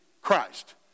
Christ